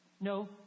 No